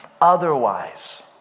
Otherwise